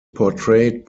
portrayed